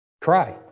cry